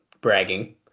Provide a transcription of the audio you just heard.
bragging